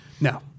No